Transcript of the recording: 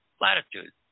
latitude